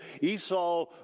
Esau